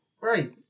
Right